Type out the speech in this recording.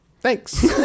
Thanks